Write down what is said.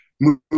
move